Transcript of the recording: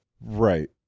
Right